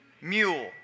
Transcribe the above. Mule